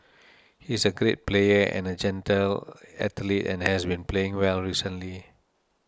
he's a great player and a gentle athlete and has been playing well recently